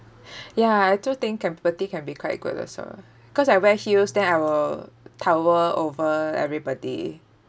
ya I do think can petite petite can be quite good also cause I wear heels then I will tower over everybody